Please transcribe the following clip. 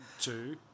Two